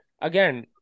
again